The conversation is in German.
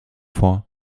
vor